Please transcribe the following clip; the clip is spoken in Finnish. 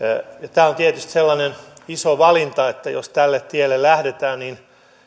tämä on tietysti sellainen iso valinta että jos tälle tielle lähdetään niin